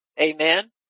Amen